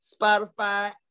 Spotify